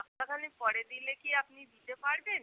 সপ্তাহখানেক পরে দিলে কি আপনি দিতে পারবেন